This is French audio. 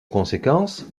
conséquence